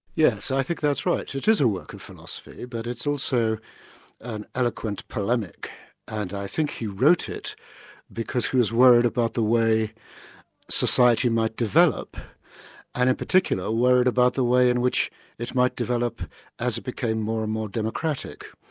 yes, i think that's right, so it is a work of philosophy, but it's also and eloquent polemic and i think he wrote it because he was worried about the way society might develop and in particular, worried about the way in which it might develop as it became more and more democratic.